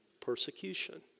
Persecution